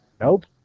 Nope